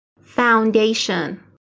Foundation